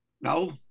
No